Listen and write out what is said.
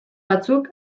batzuk